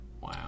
Wow